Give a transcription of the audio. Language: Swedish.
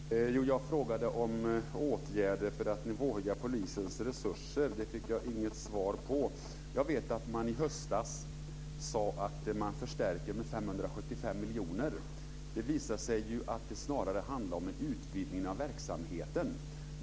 Fru talman! Jag frågade om åtgärder för att nivåhöja polisens resurser, men det fick jag inget svar på. Jag vet att man i höstas sade att man förstärker polisverksamheten med 575 miljoner. Det visade sig att det snarare handlade om en utvidgning av verksamheten.